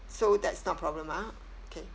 so that's not a problem ah okay